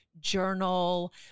journal